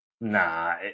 nah